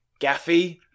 Gaffy